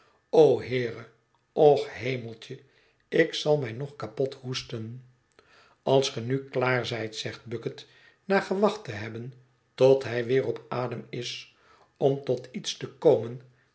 o heere och hemeltje ik zal mij nog kapot hoesten als ge nu klaar zijt zegt bucket na gewacht te hebhen tot hij weer op adem is om tot iets te komen